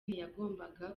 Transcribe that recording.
ntiyagombaga